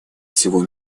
всего